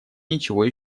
ничего